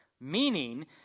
meaning